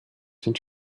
sind